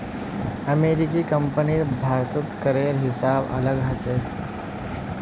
अमेरिकी कंपनीर भारतत करेर हिसाब अलग ह छेक